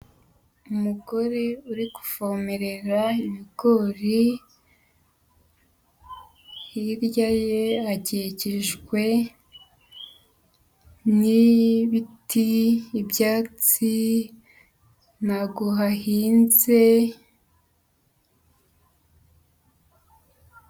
Umugore uri kuvomerera ibigori, hirya ye akikijwe n'ibiti, ibyatsi, ntago hahinze.